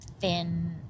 thin